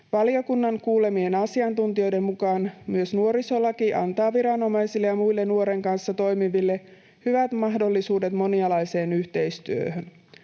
Valiokunnan kuulemien asiantuntijoiden mukaan myös nuorisolaki antaa viranomaisille ja muille nuoren kanssa toimiville hyvät mahdollisuudet monialaiseen yhteistyöhön.